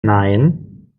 nein